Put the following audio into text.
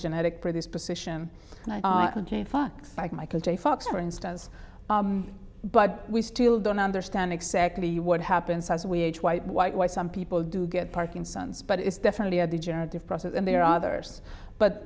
genetic predisposition like michael j fox for instance but we still don't understand exactly what happens as we age white white why some people do get parkinson's but it's definitely a degenerative process and there are others but